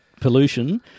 pollution